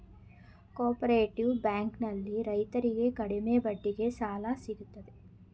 cooperative bank ನಲ್ಲಿ ರೈತರಿಗೆ ಕಡಿಮೆ ಬಡ್ಡಿಗೆ ಸಾಲ ಸಿಗುತ್ತದೆ